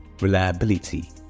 Reliability